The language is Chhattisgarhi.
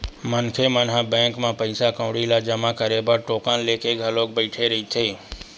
मनखे मन ह बैंक म पइसा कउड़ी ल जमा करे बर टोकन लेके घलोक बइठे रहिथे